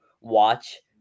watch